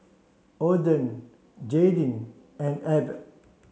Ogden Jaydin and Abb